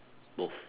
both